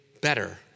better